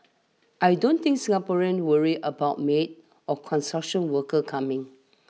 I don't think Singaporeans worry about maids or construction workers coming